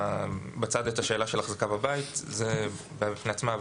בצד את השאלה של החזקה בבית - זו בעיה בפני עצמה,